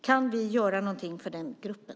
Kan vi göra något för den gruppen?